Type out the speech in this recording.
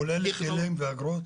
כולל היטלים ואגרות?